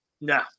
No